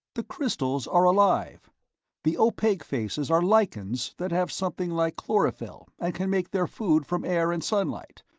the crystals are alive the opaque faces are lichens that have something like chlorophyll and can make their food from air and sunlight.